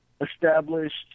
established